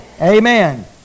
Amen